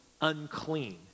unclean